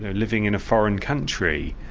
and living in a foreign country.